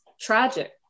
tragic